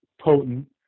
potent